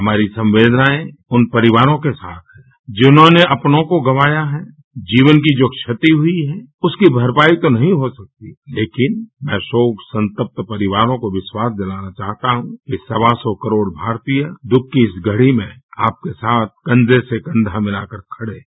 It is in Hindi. हमारी संवेदनाएँ उन परिवारों के साथ हैं जिन्होंने अपनों को गँवाया है जीवन की जो क्षति हुई है उसकी भरपाई तो नहीं हो सकती लेकिन मैं शोक संतप्त परिवारों को विश्वास दिलाना चाहता हूँ कि सवा सौ करोड़ भारतीय दुःख की इस घड़ी में आपके साथ कन्धे से कन्धा मिलाकर खड़े हैं